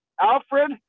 Alfred